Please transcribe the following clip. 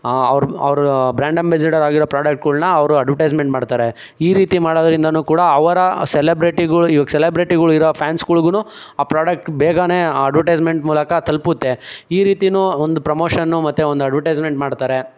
ಅವರವ್ರ brand ambassador ಆಗಿರೋ ಪ್ರಾಡಕ್ಟ್ಗಳನ್ನ ಅವರು ಅಡ್ವರ್ಟೈಸ್ಮೆಂಟ್ ಮಾಡ್ತಾರೆ ಈ ರೀತಿ ಮಾಡೋದ್ರಿಂದಲೂ ಕೂಡ ಅವರ ಸೆಲೆಬ್ರಿಟಿಗಳು ಇವಾಗ ಸೆಲೆಬ್ರಿಟಿಗಳು ಇರೊ ಫ್ಯಾನ್ಸ್ಗಳಿಗೂ ಆ ಪ್ರಾಡಕ್ಟ್ ಬೇಗನೆ ಆ ಅಡ್ವರ್ಟೈಸ್ಮೆಂಟ್ ಮೂಲಕ ತಲುಪುತ್ತೆ ಈ ರೀತಿಯೂ ಒಂದು ಪ್ರೊಮೋಷನು ಮತ್ತೆ ಒಂದು ಅಡ್ವರ್ಟೈಸ್ಮೆಂಟ್ ಮಾಡ್ತಾರೆ